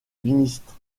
ministre